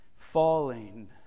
falling